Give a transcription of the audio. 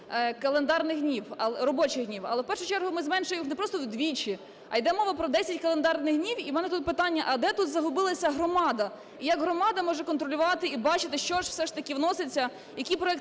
календарних днів, робочих днів. Але в першу чергу ми зменшуємо не просто вдвічі, а йде мова про 10 календарних днів. І у мене тут питання: а де тут загубилася громада, як громада може контролювати і бачити, що ж все ж таки вноситься, які проекти